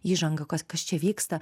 įžanga kas kas čia vyksta